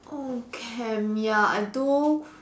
oh camp ya I do